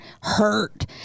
hurt